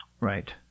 Right